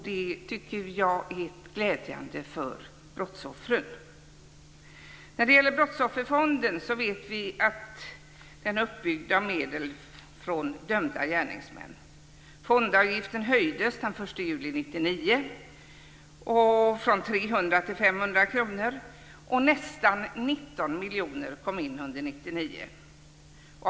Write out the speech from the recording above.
Det tycker jag är glädjande för brottsoffren. Vi vet att Brottsofferfonden är uppbyggd av medel från dömda gärningsmän. Fondavgiften höjdes den 1 juli 1999 från 300 kr till 500 kr. Nästan 19 miljoner kom in under år 1999.